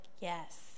yes